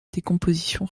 décomposition